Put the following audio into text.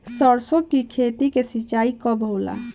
सरसों की खेती के सिंचाई कब होला?